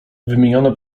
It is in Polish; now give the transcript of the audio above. wymienione